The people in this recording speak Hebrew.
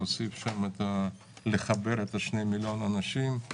לחבר 2 מיליון אנשים.